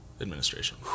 administration